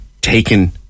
taken